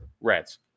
Reds